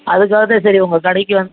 அதுக்காக தான் சரி உங்கள் கடைக்கு வந்